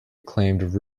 acclaimed